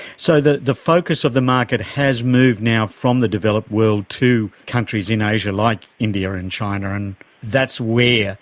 so the the focus of the market has moved now from the developed world to countries in asia like india and china and that's where,